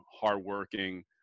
hardworking